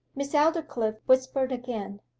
miss aldclyffe whispered again.